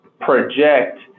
project